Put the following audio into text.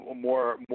more